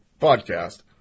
podcast